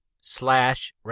slash